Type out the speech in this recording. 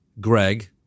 Greg